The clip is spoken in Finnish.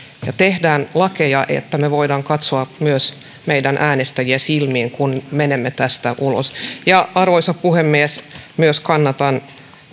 ja tehdään lakeja niin että me voimme katsoa myös meidän äänestäjiämme silmiin kun menemme tästä ulos arvoisa puhemies minä myös kannatan